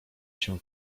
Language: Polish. się